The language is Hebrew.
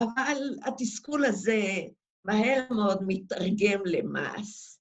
‫אבל התסכול הזה ‫מהר מאוד מתרגם למעש.